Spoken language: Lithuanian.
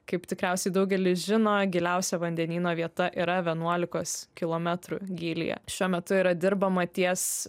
kaip tikriausiai daugelis žino giliausia vandenyno vieta yra vienuolikos kilometrų gylyje šiuo metu yra dirbama ties